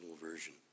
version